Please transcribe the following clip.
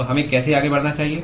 तो हमें कैसे आगे बढ़ना चाहिए